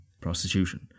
prostitution